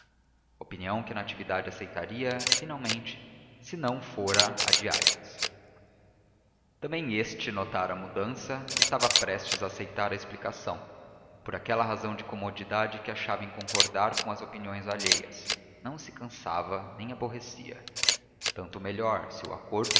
opinião que natividade aceitaria finalmente se não fora a de aires também este notara a mudança e estava prestes a aceitar a explicação por aquela razão de comodidade que achava em concordar com as opiniões alheias não se cansava nem aborrecia tanto melhor se o acordo